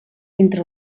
entre